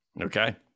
Okay